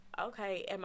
okay